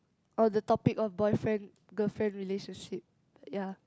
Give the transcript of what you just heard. on the topic of boyfriend girlfriend relationship ya